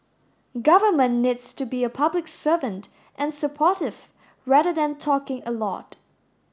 government needs to be a public servant and supportive rather than talking a lot